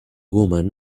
woman